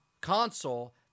console